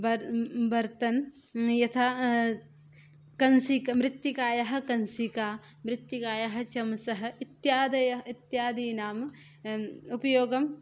वर् वर्तन् यथा कंस् मृत्तिकायाः कंसिका मृत्तिकायाः चमसः इत्यादयः इत्यादीनाम् उपयोगं